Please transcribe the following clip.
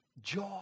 Joy